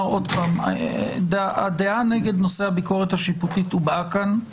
עוד פעם שהדעה נגד נושא הביקורת השיפוטית הובעה כאן.